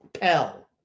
Pell